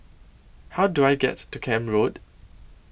How Do I get to Camp Road